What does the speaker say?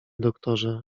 doktorze